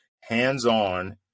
hands-on